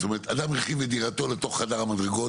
זאת אומרת, אדם הרחיב את דירתו לתוך חדר המדרגות.